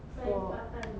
[what]